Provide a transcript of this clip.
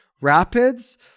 rapids